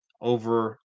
over